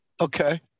Okay